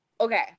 okay